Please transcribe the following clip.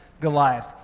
Goliath